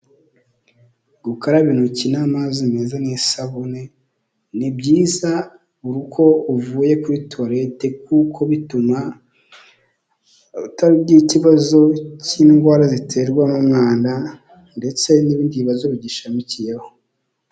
Gukaraba intoki n'amazi meza n'isabune ni byiza buri uko uvuye kuri tolete kuko bituma utagira ikibazo cy'indwara ziterwa n'umwanda ndetse n'ibindi bibazo bi gishamikiyeho.